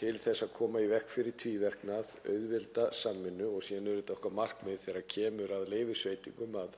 til að koma í veg fyrir tvíverknað, auðvelda samvinnu og síðan er okkar markmið þegar kemur að leyfisveitingum að